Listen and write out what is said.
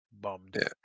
Bummed